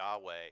Yahweh